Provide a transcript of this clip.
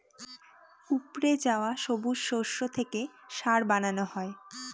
উপড়ে যাওয়া সবুজ শস্য থেকে সার বানানো হয়